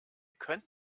könnt